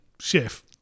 chef